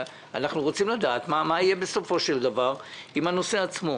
אנחנו רוצים לדעת מה יהיה בסופו של דבר עם הנושא עצמו.